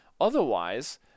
Otherwise